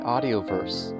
Audioverse